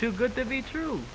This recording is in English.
to good to be true